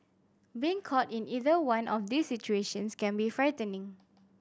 being caught in either one of these situations can be frightening